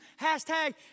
Hashtag